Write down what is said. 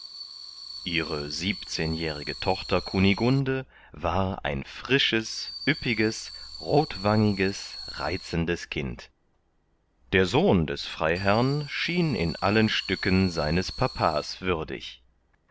ihre siebenzehnjährige tochter kunigunde war ein frisches üppiges rothwangiges reizendes kind der sohn des freiherrn schien in allen stücken seines papas würdig